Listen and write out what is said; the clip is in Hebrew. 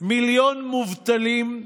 מיליון מובטלים,